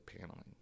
paneling